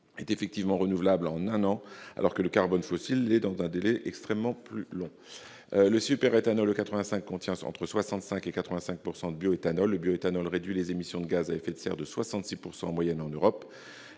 est effectivement renouvelable en un an, alors que le carbone fossile l'est dans un délai extrêmement long. Le superéthanol E85 contient entre 65 % et 85 % de bioéthanol. Le bioéthanol réduit les émissions de gaz à effet de serre de 66 % en moyenne en Europe.